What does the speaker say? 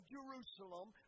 Jerusalem